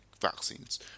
vaccines